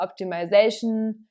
optimization